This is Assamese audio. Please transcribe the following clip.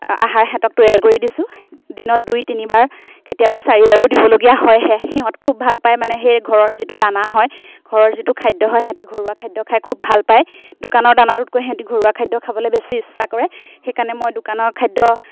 আহাৰ সিহঁতক তৈয়াৰ কৰি দিছোঁ দিনত দুই তিনিবাৰ কেতিয়াবা চাৰিবাৰো দিবলগীয়া হয় সেয়ে সিহঁত খুব ভাল পায় মানে সেই ঘৰৰ যিটো দানা হয় ঘৰৰ যিটো খাদ্য হয় সিহঁতি ঘৰুৱা খাদ্য খাই খুব ভাল পায় দোকানৰ দানাটোতকৈ সিহঁতি ঘৰুৱা খাদ্য খাবলৈ বেছি ইচ্ছা কৰে সেইকাৰণে মই দোকানৰ খাদ্য